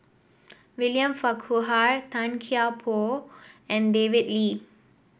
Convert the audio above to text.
William Farquhar Tan Kian Por and David Lee